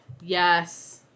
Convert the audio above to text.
Yes